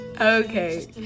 Okay